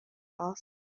asked